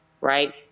Right